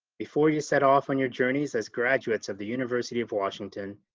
before you set off on your journeys as graduates of the university of washington,